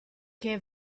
che